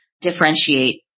differentiate